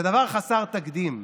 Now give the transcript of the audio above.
זה דבר חסר תקדים.